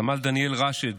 סמ"ר דניאל ראשד,